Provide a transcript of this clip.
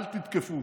אל תתקפו,